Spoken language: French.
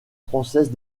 française